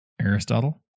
Aristotle